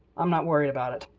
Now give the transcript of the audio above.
i'm not worried about it.